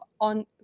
on